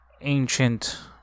ancient